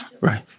Right